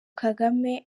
kagame